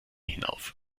hinauf